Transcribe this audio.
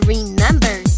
Remember